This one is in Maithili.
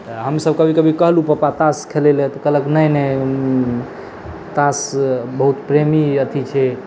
तऽ हमसब कभी कभी कहलहुॅं पापा तास खेलय लऽ तऽ कहलक नहि नहि तास बहुत प्रेमी अथी छै